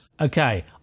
Okay